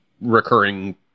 recurring